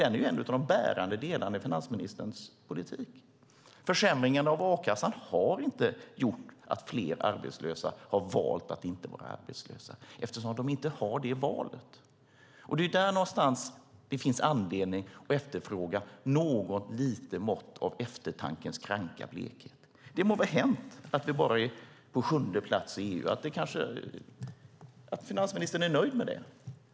Det är ju en av de bärande delarna i finansministerns politik. Försämringarna i a-kassan har inte gjort att fler arbetslösa har valt att inte vara arbetslösa eftersom de inte har det valet. Det är därför det finns anledning att efterfråga något litet mått av eftertankens kranka blekhet. Det må vara hänt att vi bara är på sjunde plats i EU. Finansministern kanske är nöjd med det.